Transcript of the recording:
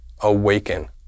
awaken